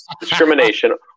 discrimination